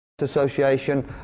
Association